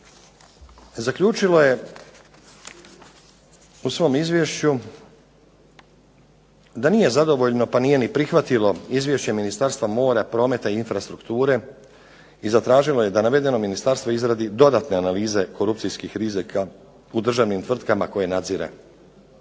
zaključilo je u svom izvješću da nije zadovoljno pa nije ni prihvatilo Izvješće Ministarstva mora, promet i infrastrukture i zatražilo je da navedeno ministarstvo izradi dodatne analize korupcijskih rizika u državnim tvrtkama koje nadzire